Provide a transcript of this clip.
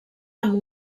amb